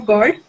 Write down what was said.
God